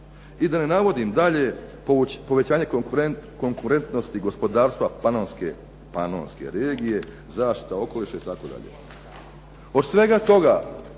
I da ne navodim dalje, povećanje konkurentnosti gospodarstva Panonske regije, zaštita okoliša itd. Od svega toga